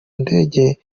ndege